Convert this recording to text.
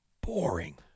Boring